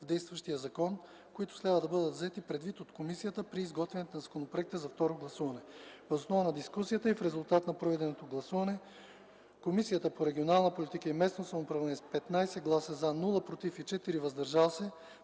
в действащия закон, които следва да бъдат взети предвид от комисията при подготвянето на законопроекта за второ гласуване. Въз основа на дискусията и в резултат на проведеното гласуване, Комисията по регионална политика и местно самоуправление - с 15 „за”, без „против” и 4 “въздържали се”,